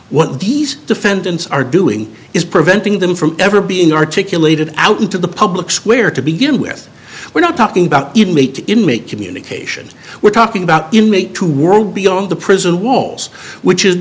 what these defendants are doing is preventing them from ever being articulated out into the public square to begin with we're not talking about inmate in make communication we're talking about inmate two world beyond the prison walls which is